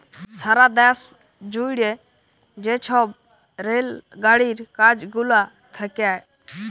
সারা দ্যাশ জুইড়ে যে ছব রেল গাড়ির কাজ গুলা থ্যাকে